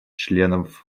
членов